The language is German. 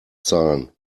zahlen